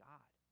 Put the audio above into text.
God